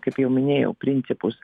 kaip jau minėjau principus